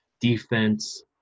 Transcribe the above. defense